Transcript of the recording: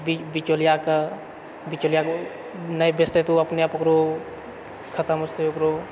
बिचौलिया कऽ बिचौलिया कऽ नहि बेचतै तऽ ओ अपने आप ओकरो खतम हो जेतै ओकरो